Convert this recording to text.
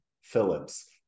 Phillips